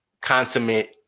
consummate